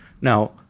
Now